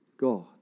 God